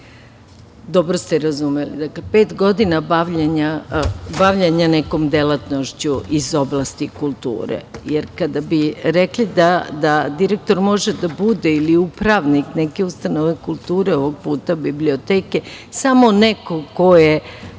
Dobro ste razumeli. Dakle, pet godina bavljenja nekom delatnošću iz oblasti kulture, jer kada bi rekli da direktor može da bude ili upravnik neke ustanove kulture, ovog puta biblioteke, samo neko ko je